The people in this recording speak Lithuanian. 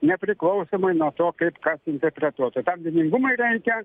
nepriklausomai nuo to kaip kas interpretuotų tam vieningumui reikia